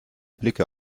blicke